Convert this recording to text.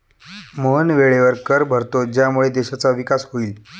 मोहन वेळेवर कर भरतो ज्यामुळे देशाचा विकास होईल